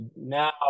Now